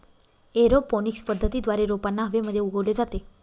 aeroponics पद्धतीद्वारे रोपांना हवेमध्ये उगवले जाते